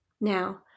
Now